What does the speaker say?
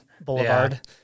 Boulevard